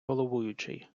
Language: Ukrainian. головуючий